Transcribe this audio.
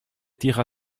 tira